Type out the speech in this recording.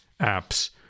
apps